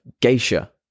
geisha